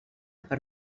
per